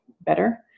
better